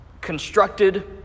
constructed